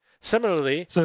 Similarly